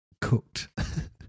cooked